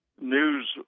news